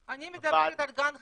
אני מדברת על גן חיות,